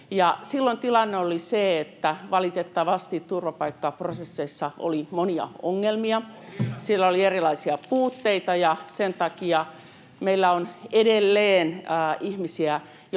Silloin tilanne oli se, että valitettavasti turvapaikkaprosesseissa oli monia ongelmia, [Oikealta: On vieläkin!] siellä oli erilaisia puutteita, ja sen takia meillä on edelleen ihmisiä,